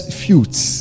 feuds